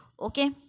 Okay